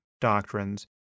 doctrines